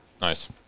Nice